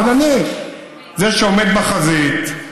אבל אני זה שעומד בחזית.